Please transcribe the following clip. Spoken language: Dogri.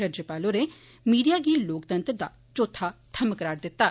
राज्यपाल होरें मीडिया गी लोकतंत्र दा चौथा थम्म करार दित्ता